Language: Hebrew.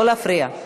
לא להפריע.